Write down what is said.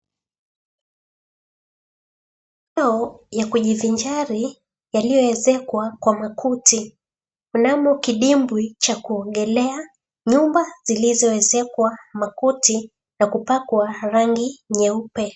Ya kujivinjari yaliyoezekwa ya makuti. Mnamo kidimbwi cha kuogelea, nyumba zilizoezekwa makuti na kupakwa rangi nyeupe.